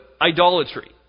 idolatry